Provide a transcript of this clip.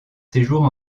séjours